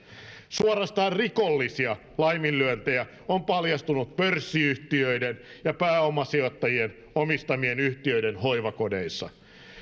suorastaan rikollisia laiminlyöntejä on paljastunut pörssiyhtiöiden ja pääomasijoittajien omistamien yhtiöiden hoivakodeissa